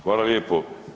Hvala lijepo.